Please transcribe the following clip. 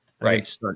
Right